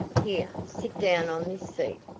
here, sit down on this seat,